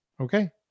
Okay